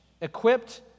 equipped